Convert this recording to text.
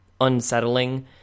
unsettling